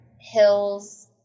hills